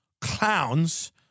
clowns